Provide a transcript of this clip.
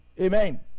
Amen